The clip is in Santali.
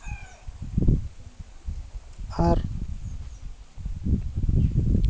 ᱟᱨ